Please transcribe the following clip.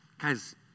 Guys